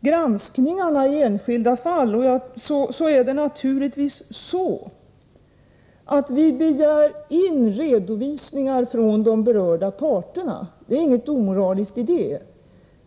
granskningarna i de enskilda fallen är det naturligtvis så att vi begär in redovisningar från de berörda parterna — det är inget omoraliskt i det.